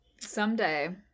Someday